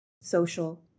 social